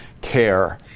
care